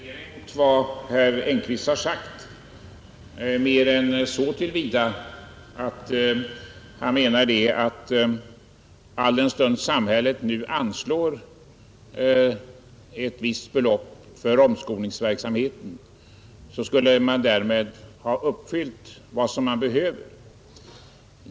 Herr talman! Det finns inte något att direkt reagera emot i herr Engkvists anförande mer än att han hävdar att alldenstund samhället nu anslår ett visst belopp för omskolningsverksamhet, så har man därmed uppfyllt vad som behöver göras.